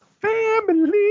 Family